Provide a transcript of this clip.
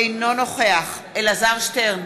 אינו נוכח אלעזר שטרן,